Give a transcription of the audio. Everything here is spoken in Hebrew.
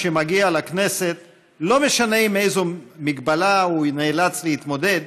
כבר תקופה ארוכה שאנחנו מקדמים בכנסת פרויקט נגישות יוצא דופן,